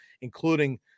including